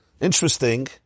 interesting